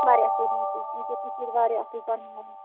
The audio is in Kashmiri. واریاہ اَصٕل بَچہٕ ٹیٖچَر تہِ چھِ ییٚتہِ واریاہ اَصٕل پَرناوان